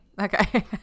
Okay